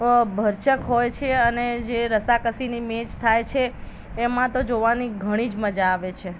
અ ભરચક હોય છે અને જે રસાકસીની મેચ થાય છે એમાં તો જોવાની ઘણી જ મજા આવે છે